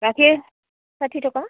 গাখীৰ ষাঠি টকা